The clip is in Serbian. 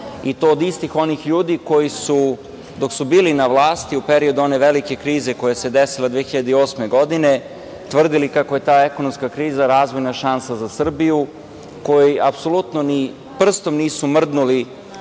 i to od istih onih ljudi koji su, dok su bili na vlasti u periodu one velike krize koja se desila 2008. godine, tvrdili kako je ta ekonomska kriza razvojna šansa za Srbiju, koji apsolutno ni prstom nisu mrdnuli